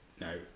no